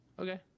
Okay